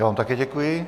Já vám také děkuji.